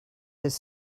his